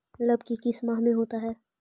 लव की किस माह में होता है?